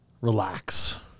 relax